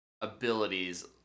abilities